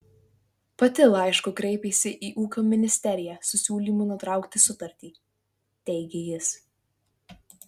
pati laišku kreipėsi į ūkio ministeriją su siūlymu nutraukti sutartį teigė jis